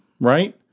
right